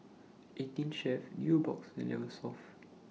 eighteen Chef Nubox and Eversoft